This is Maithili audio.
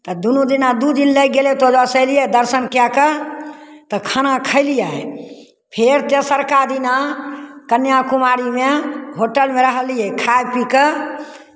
तऽ दुनू दिना दू दिन लागि गेलै तऽ ओजऽ से एलियै दर्शन कए कऽ तऽ खाना खयलियै फेर तेसरका दिना कन्याकुमारीमे होटलमे रहलियै खाय पी कऽ